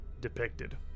depicted